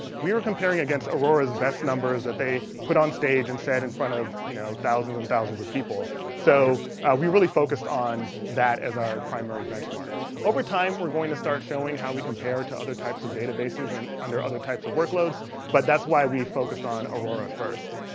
we were comparing against aurora's best numbers that they put on stage and said in front of you know thousands and thousands of people so we really focused on that as our primary benchmark over time we're going to start showing how we compare to other types of databases and under other types of workloads but that's why we focused on aurora first